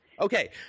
Okay